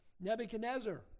Nebuchadnezzar